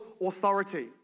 authority